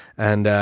and ah,